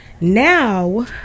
now